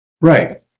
Right